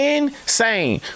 Insane